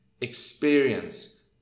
experience